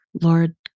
Lord